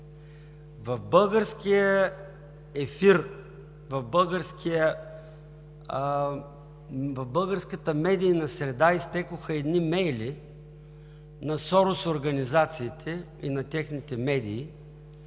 в българския ефир, в българската медийна среда изтекоха едни имейли на Сорос организациите и на техните медии,